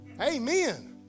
Amen